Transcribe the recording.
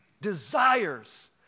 desires